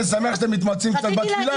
אני שמח שאתם מתמצאים קצת בתפילה,